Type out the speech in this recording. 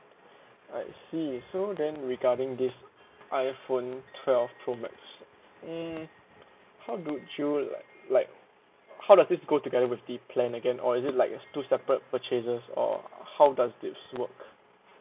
I see so then regarding this iphone twelve pro max mm how do you like like how does it go together with the plan again or is it like two separate purchases or how does this work